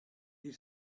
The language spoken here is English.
you